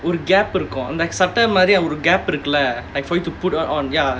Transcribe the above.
ஒரு:oru gap இருக்கும் அந்த சட்ட மாறி ஒரு:irukkum antha satta maari oru gap இருக்குல்ல:irukkulla like for you to put on on ya